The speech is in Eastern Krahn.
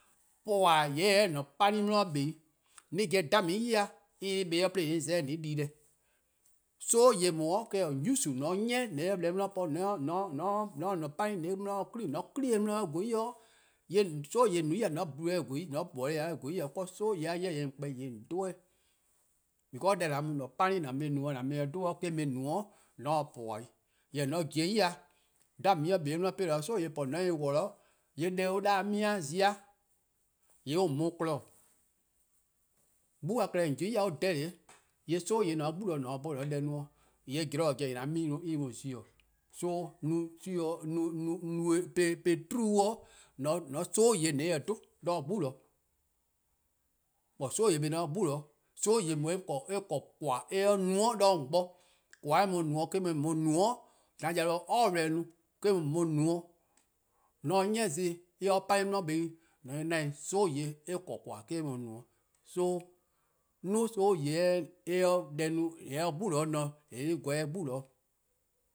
:Yee' puhba-eh :se 'de :an-a'a: 'pani' 'de 'kpa 'i. an pobo-a 'dhamu'a' ye eh-' kpa 'de an za 'de 'de an 'di-deh. Sobo' deh :daa eh-: :on 'use: :on 'ye 'de 'ni deh 'di po :on 'ye an 'pani' 'di-dih clean, :mor :on clean eh 'di-dih eh :gweh 'i, :yee' sobo' :deh :on no-a 'tior :mor :on worlor-eh-dih eh :gweh ' i, :yee' sobo' deh-a 'jeh :yee' :on 'kpa-eh :on dhe-eh dih. because an-a' 'pani' deh :an mu-a no-' an mu-eh-dih :dhe eh-: mu-eh no :on se puhba 'i. :mor 'dhamu'a' 'kpa 'de eh 'di 'de :on se sobo' deh no :on se-eh worlor:, :yee' deh an 'da-dih-a 'me-a zi-a :yee' eh mu :on :kpon. 'Gbu-a klehkpeh :on pobo-uh ya on dirty-', :yee' sobo' deh :ne 'de 'gbu 'de :on se 'bhorn :on 'ye deh no, zorn taa zen :yee' :an 'me-a mu-' :zi. So no sure 'o no-eh, po-eh true-' :on 'ye sobo' deh-dih dhe 'de 'gbu. 'Nyi sobo' deh :ne 'de 'gbu, sobo' deh :daa eh :korn :koan: eh 'ye no 'do :on bo, :koan: eh mu-a no-' eh-: mu-eh no-' :an yau 'ye alright no, eh-: mu-eh no-' 'ni zon+ :se 'de 'pani' 'di 'kpa 'i. sobo' deh :korn :koan: eh-: eh mu no-', so 'duo: sobo' deh-' eh 'ye deh no :eh 'ye-a 'de 'gbu 'di :ne, eh-' :gweh 'de 'gbu 'di-dih.